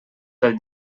pel